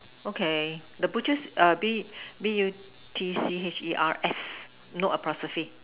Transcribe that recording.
okay the butchers err B B U T C H E R S no apostrophe